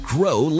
Grow